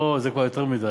אוה, זה כבר יותר מדי,